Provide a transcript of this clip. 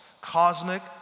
cosmic